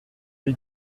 lui